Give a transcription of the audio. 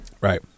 Right